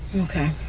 Okay